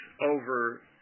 over